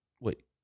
wait